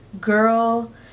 Girl